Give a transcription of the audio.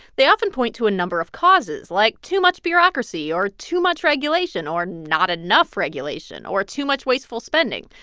they often point to a number of causes, like too much bureaucracy or too much regulation or not enough regulation or too much wasteful spending.